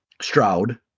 Stroud